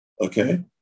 Okay